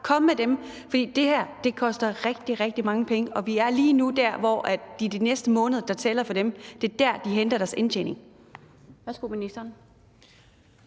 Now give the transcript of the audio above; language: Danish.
skal gøre? For det her koster rigtig, rigtig mange penge, og vi er lige nu der, hvor det er de næste måneder, der tæller for dem. Det er der, de henter deres indtjening.